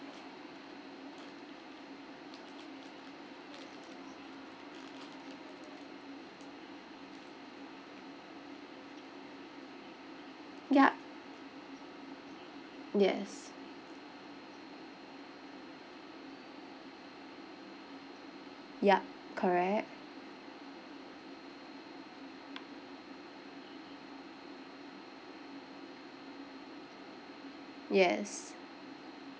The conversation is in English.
yup yes yup correct yes